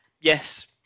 yes